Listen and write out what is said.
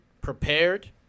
prepared